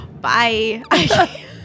bye